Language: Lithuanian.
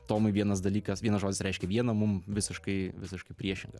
tomui vienas dalykas vienas žodis reiškia vieną mum visiškai visiškai priešingą